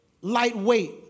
lightweight